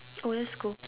go let's go